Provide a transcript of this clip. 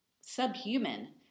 subhuman